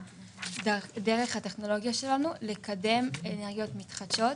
דרך הטכנולוגיה שלנו לקדם אנרגיות מתחדשות.